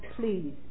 please